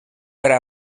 era